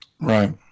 right